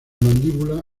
mandíbula